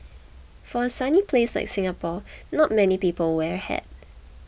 for a sunny place like Singapore not many people wear hat